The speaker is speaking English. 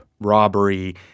robbery